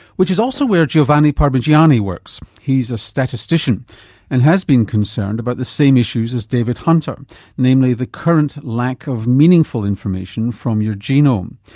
which is also where giovanni parmigiani works. he's a statistician and has been concerned about the same issues as david hunter namely, the current lack of meaningful information from your genome.